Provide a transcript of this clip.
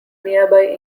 nearby